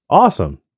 awesome